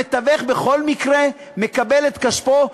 המתווך בכל מקרה מקבל את כספו,